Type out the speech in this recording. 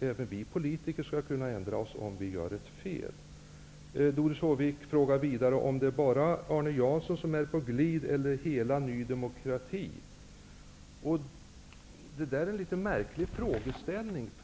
Även vi politiker skall kunna ändra oss om vi gör ett fel. Doris Håvik frågar vidare om det bara är Arne Jansson som är på glid eller hela Ny demokrati. Det är en märklig frågeställning.